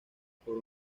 por